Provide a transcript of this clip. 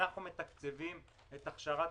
אנחנו מתקצבים את הכשרת